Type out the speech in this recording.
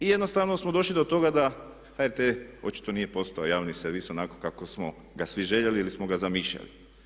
I jednostavno smo došli do toga da HRT očito nije postao javni servis onako kako smo ga svi željeli ili smo ga zamišljali.